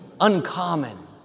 uncommon